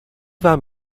vám